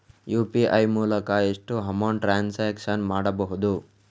UPI ಮೂಲಕ ಎಷ್ಟು amount transaction ಮಾಡಬಹುದು?